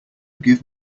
give